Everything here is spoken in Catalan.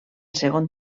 segon